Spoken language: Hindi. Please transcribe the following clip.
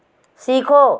सीखो